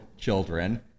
children